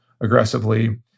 aggressively